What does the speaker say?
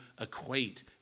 equate